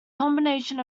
combination